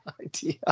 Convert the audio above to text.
idea